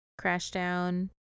Crashdown